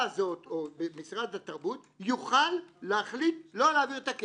הזו או משרד התקרבות יוכל להחליט לא להעביר את הכסף.